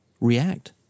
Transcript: react